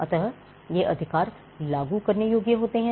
अतः यह अधिकार लागू करने योग्य होते हैं